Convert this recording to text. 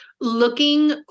looking